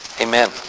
Amen